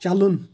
چلُن